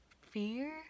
fear